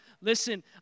Listen